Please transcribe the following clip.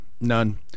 none